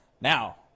Now